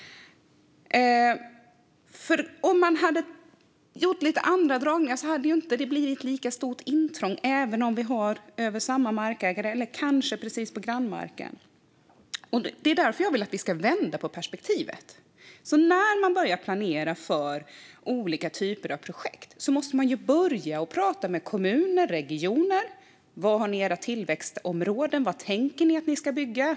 Om man hade gjort lite andra dragningar hade det inte blivit ett lika stort intrång, även om det rör sig om samma markägare eller kanske om att precis gå in på grannmarken. Det är därför jag vill att vi ska vända på perspektivet. När man börjar planera för olika typer av projekt måste man börja med att prata med kommuner och regioner om var de har sina tillväxtområden. Var tänker de att de ska bygga?